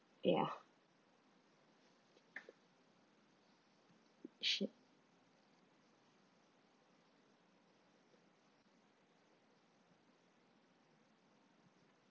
ya should